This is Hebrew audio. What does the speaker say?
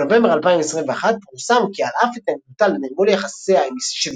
בנובמבר 2021 פורסם כי על אף התנגדותה לנרמול יחסיה של